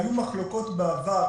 היו מחלוקות בעבר